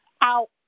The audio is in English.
out